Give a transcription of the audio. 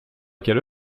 quelle